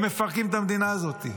הם מפרקים את המדינה הזאת.